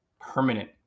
permanent